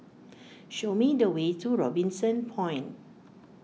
show me the way to Robinson Point